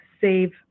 Save